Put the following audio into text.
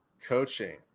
coaching